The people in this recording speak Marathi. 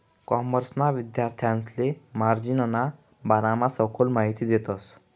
कॉमर्सना विद्यार्थांसले मार्जिनना बारामा सखोल माहिती देतस